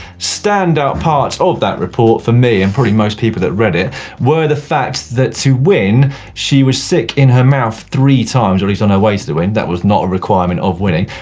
standout parts of that report for me and probably most people that read it were the facts that to win she was sick in her mouth three times, or at least on her way to the win, that was not a requirement of winning,